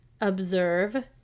observe